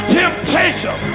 temptation